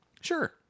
Sure